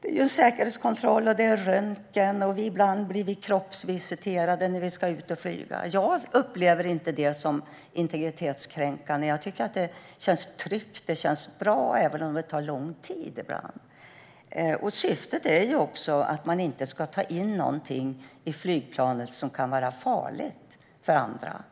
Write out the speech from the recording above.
Det är säkerhetskontroll, röntgen, och ibland blir vi kroppsvisiterade när vi ska ut och flyga. Jag upplever inte det som integritetskränkande. Jag tycker att det känns tryggt och bra även om det ibland tar lång tid. Syftet är också att man inte ska ta in något i flygplanet som kan vara farligt för andra.